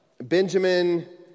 Benjamin